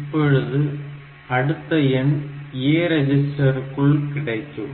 இப்பொழுது அடுத்த எண் A ரெஜிஸ்டருக்குள் கிடைக்கும்